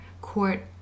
court